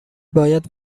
باید